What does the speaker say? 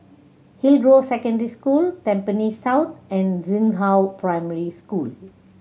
Hillgrove Secondary School Tampines South and Xinghua Primary School